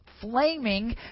flaming